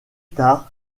tard